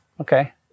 Okay